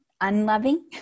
unloving